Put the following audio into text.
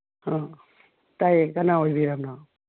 ꯑ ꯇꯥꯏꯌꯦ ꯀꯅꯥ ꯑꯣꯏꯕꯤꯔꯕꯅꯣ